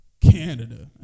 Canada